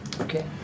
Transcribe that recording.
Okay